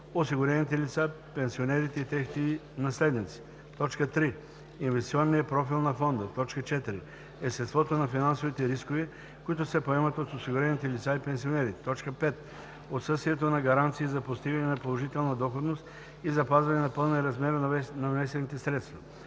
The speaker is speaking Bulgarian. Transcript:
осигурените лица, пенсионерите и техните наследници; 3. инвестиционния профил на фонда; 4. естеството на финансовите рискове, които се поемат от осигурените лица и пенсионерите; 5. отсъствието на гаранции за постигане на положителна доходност и запазване на пълния размер на внесените средства;